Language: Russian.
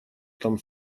там